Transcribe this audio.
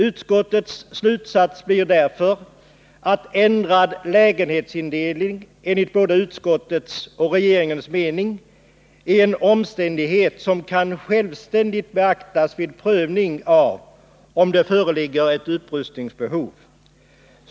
Utskottets slutsats blir därför att ändrad lägenhetsindelning enligt både utskottets och regeringens mening är en omständighet som kan självständigt beaktas vid prövning av om det föreligger ett upprustningsbehov.